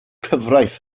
cyfraith